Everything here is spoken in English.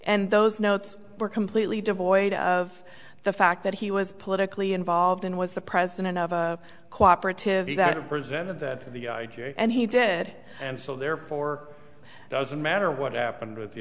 and those notes were completely devoid of the fact that he was politically involved and was the president of a co operative you that presented that to the i j a and he did and so therefore it doesn't matter what happened with the